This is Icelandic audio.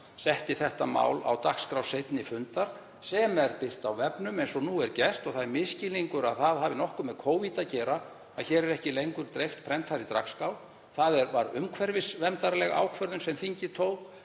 setti þetta mál á dagskrá seinni fundar sem er birt á vefnum eins og nú er gert. Það er misskilningur að það hafi nokkuð með Covid að gera að hér er ekki lengur dreift prentaðri dagskrá. Það var umhverfisverndarleg ákvörðun sem þingið tók,